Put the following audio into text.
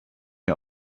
wir